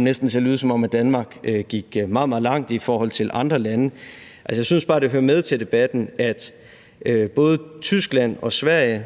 næsten kom til at lyde, som om Danmark gik meget, meget langt i forhold til andre lande – at jeg bare synes, det hører med til debatten, at både Tyskland og Sverige